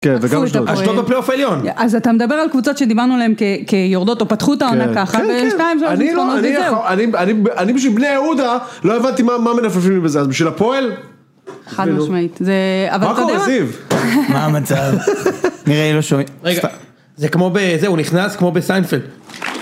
כן, וגם אשדוד. אשדוד בפליאוף העליון. אז אתה מדבר על קבוצות שדיברנו עליהן כיורדות, או פתחו את העונה ככה, ושתיים שלוש נצחונות וזהו. אני בשביל בני יהודה, לא הבנתי מה מנפפים בזה, אז בשביל הפועל? חד משמעית. מה קורה, זיו? מה המצב? נראה לי לא שומעים. זה כמו, הוא נכנס כמו בסיינפלד.